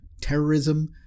terrorism